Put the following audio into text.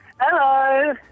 Hello